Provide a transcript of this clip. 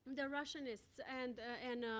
they're russianists. and, and